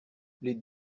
les